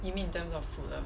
you mean in terms of food ah